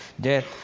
death